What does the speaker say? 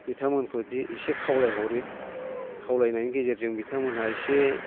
बिथांमोनखौदि इसे खावलाय हरो खावलायनायनि गेजेरजों बिथांमोनहा इसे